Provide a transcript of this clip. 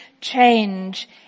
change